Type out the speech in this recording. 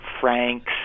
Frank's